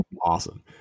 Awesome